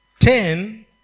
Ten